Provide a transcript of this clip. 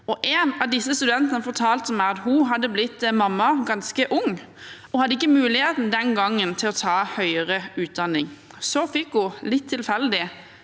En av disse studentene fortalte meg at hun hadde blitt mamma ganske ung og ikke hadde mulighet den gangen til å ta høyere utdanning. Så fikk hun, litt tilfeldig,